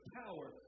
power